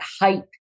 hype